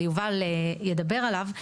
ויובל ידבר עליו,